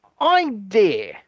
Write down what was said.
idea